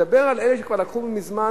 אני מדבר על אלה שכבר לקחו מזמן,